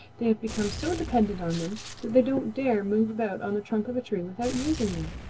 they have become so dependent on them that they don't dare move about on the trunk of a tree without using them.